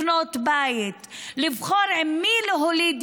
מדרך הטרור, לחדול מהניסיונות